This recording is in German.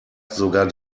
sogar